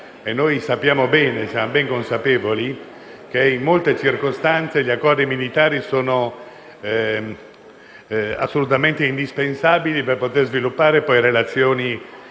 Siamo ben consapevoli che, in molte circostanze, gli accordi militari sono assolutamente indispensabili per poter sviluppare relazioni